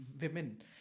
women